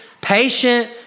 patient